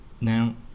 Now